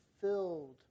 filled